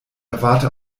erwarte